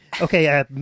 Okay